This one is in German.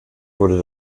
wurde